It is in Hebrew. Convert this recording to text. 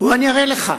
בוא אני אראה לך,